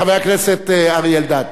כן, חבר הכנסת אריה אלדד.